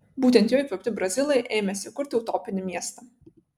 būtent jo įkvėpti brazilai ėmėsi kurti utopinį miestą